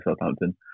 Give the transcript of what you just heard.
Southampton